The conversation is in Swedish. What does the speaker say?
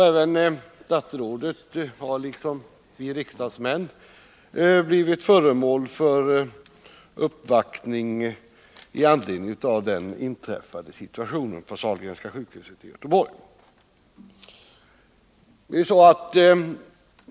Även statsrådet, liksom vi riksdagsmän, har blivit föremål för uppvaktning i anledning av den uppkomna situationen på Sahlgrenska sjukhuset i Göteborg.